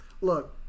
Look